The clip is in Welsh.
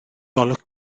golwg